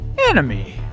enemy